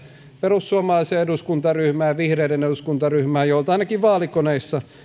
perussuomalaiseen eduskuntaryhmään ja vihreiden eduskuntaryhmään joilta ainakin vaalikoneissa